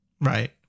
right